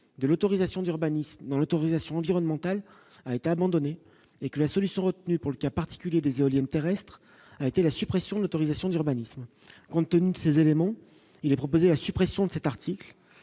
de l'autorisation d'urbanisme dans l'autorisation environnementale a été abandonnée et que la solution retenue pour le cas particulier des éoliennes terrestres a été la suppression de l'autorisation d'urbanisme, compte tenu de ces éléments, il est proposé la suppression de cet article,